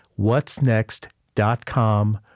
whatsnext.com